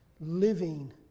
living